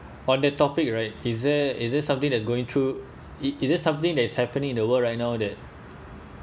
on the topic right is there is there something that going through is it something that is happening in the world right now that